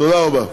תודה רבה.